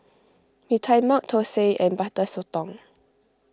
Mee Tai Mak Thosai and Butter Sotong